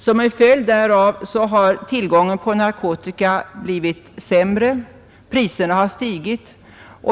Som en följd härav har tillgången på narkotika blivit sämre, och priserna har stigit.